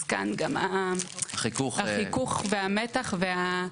אז כאן גם החיכוך והמתח יכול